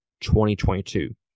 2022